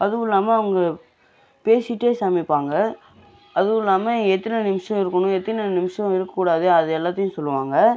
அதுவும் இல்லாமல் அவங்க பேசிக்கிட்டே சமைப்பாங்க அதுவுல்லாமல் எத்தனை நிமிஷம் இருக்கணும் எத்தனை நிமிஷம் இருக்கக் கூடாது அது எல்லாத்தையும் சொல்லுவாங்க